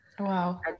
Wow